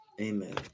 Amen